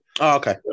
Okay